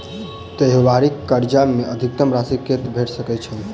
त्योहारी कर्जा मे अधिकतम राशि कत्ते भेट सकय छई?